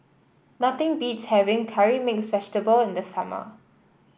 nothing beats having curry mix vegetable in the summer